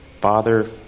father